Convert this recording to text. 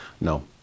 No